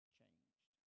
changed